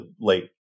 late